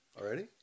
already